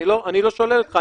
אני לא שולל אותך.